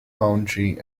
foundry